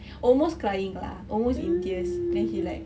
almost crying lah almost in tears then he like